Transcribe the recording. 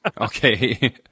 okay